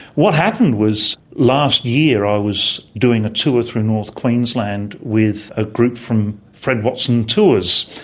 what happened was last year i was doing a tour through north queensland with a group from fred watson tours.